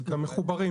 למחוברים.